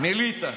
מליטא.